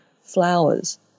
flowers